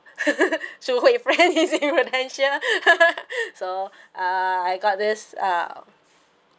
Shu Hui friend is in Prudential so uh I got this uh